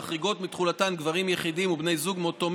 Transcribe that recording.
המחריגות מתחולתן גברים יחידים ובני זוג מאותו